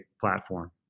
platform